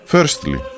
Firstly